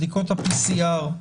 בדיקות ה-PCR,